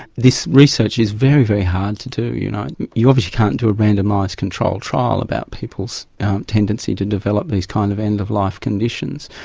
this research is very, very hard to do, you know and you obviously can't do a randomised control trial about people's tendency to develop these kind of end-of-life conditions,